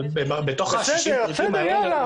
אבל בתוך ה-60 פריטים האלה,